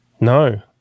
No